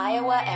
Iowa